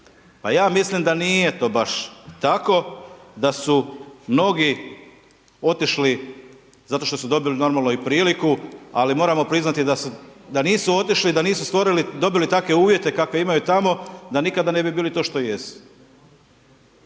Pa ja mislim da nije da nije to baš tako da su mnogi otišli zato što su dobili normalno i priliku, ali moramo priznati da nisu otišli, da nisu dobili takve uvjete kakve imaju tamo da nikada ne bi bili to što jesu.